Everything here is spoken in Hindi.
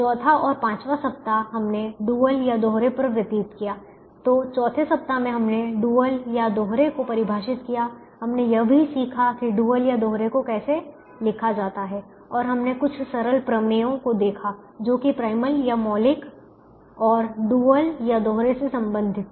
चौथा और पाँचवाँ सप्ताह हमने डुअलदोहरे पर व्यतीत किया तो चौथे सप्ताह में हमने डुअलदोहरे को परिभाषित किया हमने यह भी सीखा कि डुअलदोहरे को कैसे लिखा जाता है और हमने कुछ सरल प्रमेयों को देखा जो कि प्राइमलमौलिक और डुअलदोहरे से संबंधित थी